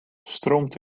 stroomt